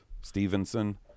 stevenson